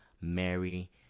Mary